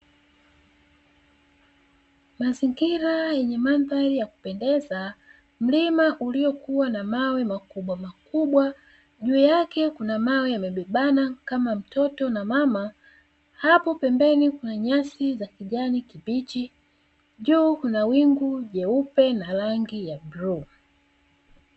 Mazingira yenye mandhari ya kupendeza, mlima uliokua na mawe makubwamakubwa. Juu yake kuna mawe yamebebana kama mtoto na mama, hapo pembeni kuna nyasi za kijani kibichi juu kuna wingu jeupe na rangi ya bluu.